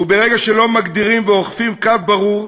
וברגע שלא מגדירים ואוכפים קו ברור,